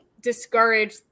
discourage